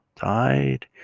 died